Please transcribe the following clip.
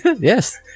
yes